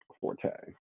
forte